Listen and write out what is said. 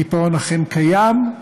הקיפאון אכן קיים,